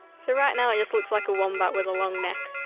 so right now it just looks like a wombat with a long neck